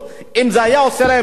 אם זה היה עושה להם שכל,